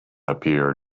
appeared